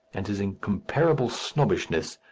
and his incomparable snobbishness,